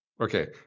Okay